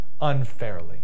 unfairly